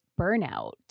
burnout